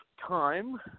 time